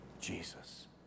Jesus